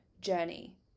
journey